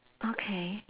okay